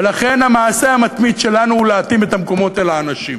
ולכן המעשה המתמיד שלנו הוא להתאים את המקומות אל האנשים.